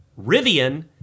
Rivian